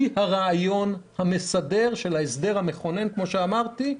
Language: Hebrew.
זה הרעיון המסדר של ההסדר המכונן, כמו שאמרתי,